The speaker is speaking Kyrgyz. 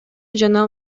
жана